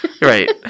Right